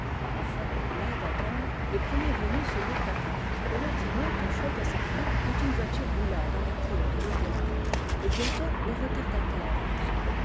enfin las d'attendre les premiers venus se mirent à table et le dîner touchait à sa fin quand une voiture roula dans la cour de l'hôtellerie et bientôt le retardataire entra